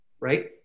right